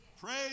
Praise